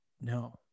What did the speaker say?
no